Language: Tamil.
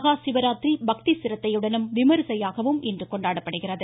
மகா சிவராத்திரி பக்தி சிரத்தையுடனும் விமரிசையாகவும் இன்று கொண்டாடப்படுகிறது